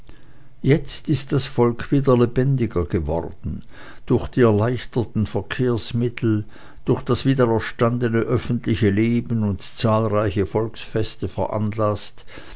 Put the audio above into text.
jetzt ist das volk wie der lebendiger geworden durch die erleichterten verkehrsmittel durch das wiedererstandene öffentliche leben und zahlreiche volksfeste veranlaßt